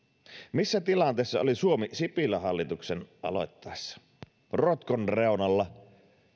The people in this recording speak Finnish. missä tilanteessa oli suomi sipilän hallituksen aloittaessa rotkon reunalla